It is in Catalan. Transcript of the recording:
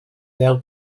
deu